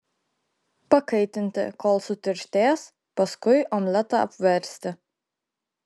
pakaitinti kol sutirštės paskui omletą apversti